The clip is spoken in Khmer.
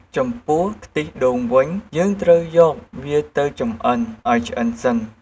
ចំពោះ ខ្ទិះដូងវិញ យើងត្រូវយកវាទៅចម្អិនអោយឆ្អិនសិន។